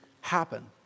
happen